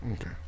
Okay